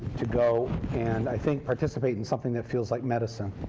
to go and i think participate in something that feels like medicine.